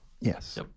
Yes